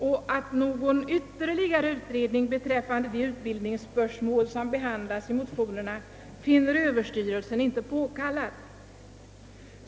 Någon ytterligare utredning beträffande de utbildningsspörsmål som behandlas i motionerna finner överstyrelsen inte påkallad.